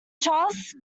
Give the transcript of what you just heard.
charles